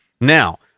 Now